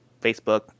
Facebook